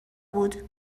بود